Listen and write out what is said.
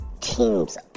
Teams